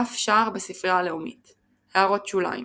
דף שער בספרייה הלאומית == הערות שוליים שוליים ==== הערות שוליים ==